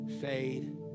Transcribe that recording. Fade